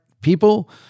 people